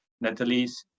Natalie's